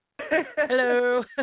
Hello